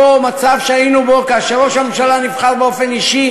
מצב שהיינו בו כאשר ראש הממשלה נבחר באופן אישי,